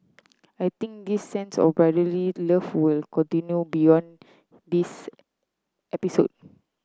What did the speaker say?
I think this sense of brotherly love will continue beyond this episode